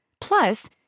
Plus